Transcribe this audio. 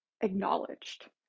acknowledged